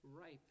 ripe